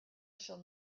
shall